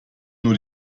nur